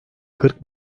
kırk